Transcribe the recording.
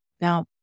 Now